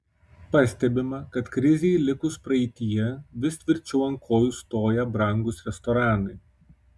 pastebima kad krizei likus praeityje vis tvirčiau ant kojų stoja brangūs restoranai